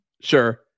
Sure